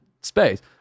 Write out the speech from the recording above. space